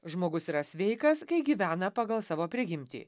žmogus yra sveikas kai gyvena pagal savo prigimtį